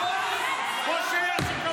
פושע שכמוך.